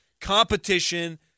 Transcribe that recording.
competition